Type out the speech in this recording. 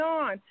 on